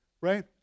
right